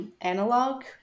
analog